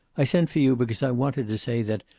i sent for you because i wanted to say that,